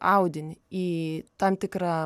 audinį į tam tikrą